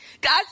God